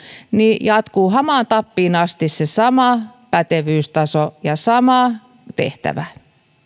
jatkuu hamaan tappiin asti se sama pätevyystaso ja sama tehtävä